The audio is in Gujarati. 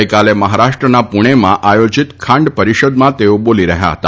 ગઈકાલે મહારાષ્ટ્રના પુણેમાં આયોજિત ખાંડ પરિષદમાં તેઓ બોલી રહ્યા હતા